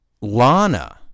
Lana